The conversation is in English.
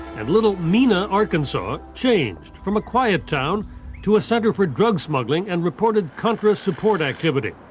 and little mena, arkansas, changed from a quiet town to a center for drug smuggling and reported contra support activity.